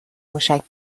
موشک